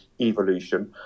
evolution